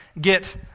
Get